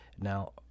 Now